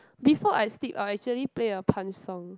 before I sleep I'll actually place a Punch song